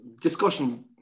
discussion